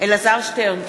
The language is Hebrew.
אלעזר שטרן,